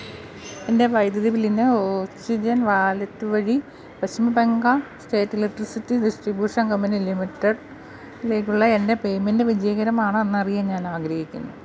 എൻ്റെ വൈദ്യുതി ബില്ലിന് ഓക്സിജൻ വാലറ്റ് വഴി Paschim Bengal state electricity distribution company ലിമിറ്റഡിലേക്കുള്ള എൻ്റെ പേയ്മെൻ്റ് വിജയകരമാണോ എന്നറിയാൻ ഞാൻ ആഗ്രഹിക്കുന്നു